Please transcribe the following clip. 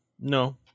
No